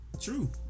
True